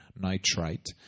nitrite